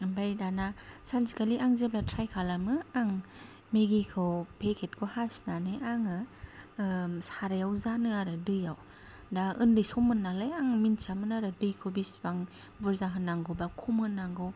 ओमफाय दाना सानसेखालि आं जेब्ला ट्राइ खालामो आं मेगिखौ फेकेटखौ हासिनानै आङो सारायाव जानो आरो दैयाव दा ओन्दै सममोन नालाय आं मिनथियामोन आरो दैखौ बिसिबां बुरजा होनांगौ बा खम होनांगौ